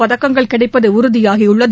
பதக்கங்கள் கிடைப்பது உறுதியாகியுள்ளது